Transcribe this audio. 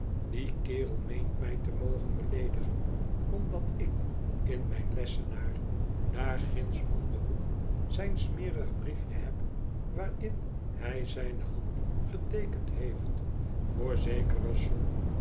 die kerel meent mij te mogen beleedigen omdat ik in mijn lessenaar daar ginds om den hoek zijn smerig briefje heb waarin hij zijne hand geteekend heeft voor zekere som